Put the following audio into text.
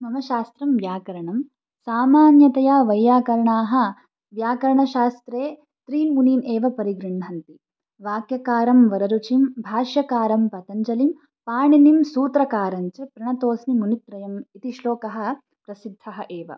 मम शास्त्रं व्याकरणं सामान्यतया वैयाकरणाः व्याकरणशास्त्रे त्रिमुनयः एव परिगृह्णन्ति वाक्यकारं वररुचिं भाष्यकारं पतञ्जलिं पाणिनिं सूत्रकारञ्च प्रणतोऽस्मि मुनित्रयम् इति श्लोकः प्रसिद्धः एव